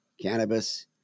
cannabis